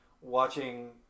watching